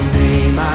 name